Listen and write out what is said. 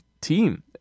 team